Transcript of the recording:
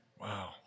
Wow